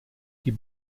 die